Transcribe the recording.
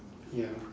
ya